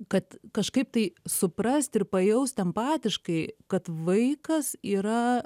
kad kažkaip tai suprast ir pajaust empatiškai kad vaikas yra